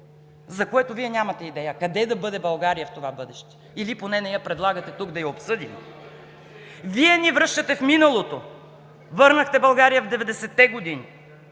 за което нямате идея – къде да бъде България в това бъдеще (реплики от ГЕРБ), или поне не предлагате тук да я обсъдим, Вие ни връщате в миналото – върнахте България в 90-те години.